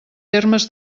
termes